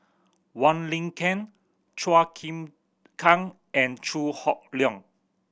Wong Lin Ken Chua Chim Kang and Chew Hock Leong